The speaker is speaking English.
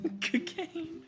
Cocaine